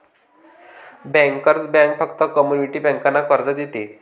bankers bank फक्त community बँकांना कर्ज देते